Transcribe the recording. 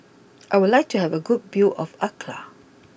I would like to have a good view of Accra